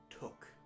took